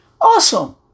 Awesome